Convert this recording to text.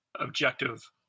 objective